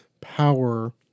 power